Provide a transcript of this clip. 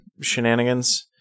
shenanigans